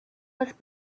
was